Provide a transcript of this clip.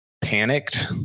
panicked